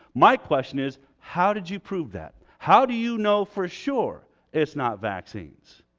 my question is how did you prove that? how do you know for sure it's not vaccines?